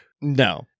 No